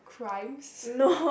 crimes